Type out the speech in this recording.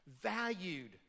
valued